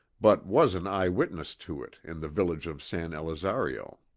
but was an eye witness to it, in the village of san elizario.